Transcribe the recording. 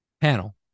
panel